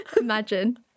Imagine